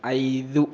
ఐదు